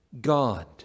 God